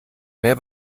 mehr